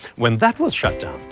when that was shut down,